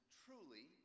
truly